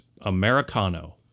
Americano